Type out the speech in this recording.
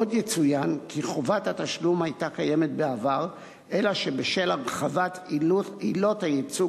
עוד יצוין כי חובת התשלום היתה קיימת בעבר אלא שבשל הרחבת עילות הייצוג